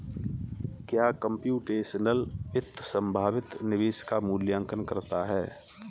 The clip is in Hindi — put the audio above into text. क्या कंप्यूटेशनल वित्त संभावित निवेश का मूल्यांकन करता है?